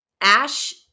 Ash